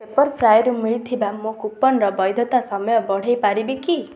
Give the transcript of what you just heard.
ପେପର୍ଫ୍ରାଏରୁ ମିଳିଥିବା ମୋ କୁପନ୍ର ବୈଧତା ସମୟ ବଢ଼େଇ ପାରିବି କି